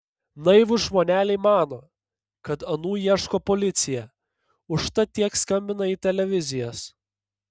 naivūs žmoneliai mano kad anų ieško policija užtat tiek skambina į televizijas